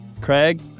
Craig